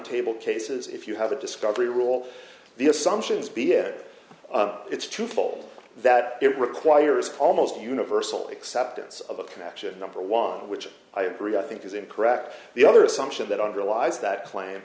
table cases if you have a discovery rule the assumptions be if it's truthful that it requires almost universal acceptance of a connection number one which i agree i think is incorrect the other assumption that underlies that cla